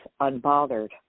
unbothered